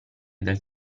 del